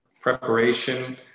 preparation